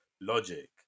Logic